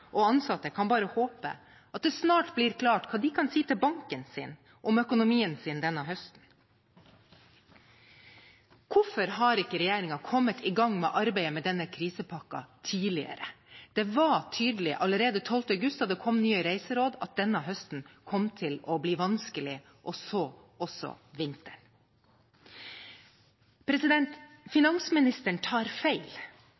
og ansatte kan bare håpe at det snart blir klart hva de kan si til banken om økonomien sin denne høsten. Hvorfor har ikke regjeringen kommet i gang med arbeidet med denne krisepakken tidligere? Det var tydelig allerede 12. august, da det kom nye reiseråd, at denne høsten kom til å bli vanskelig – og så også vinteren.